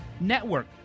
network